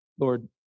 Lord